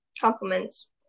compliments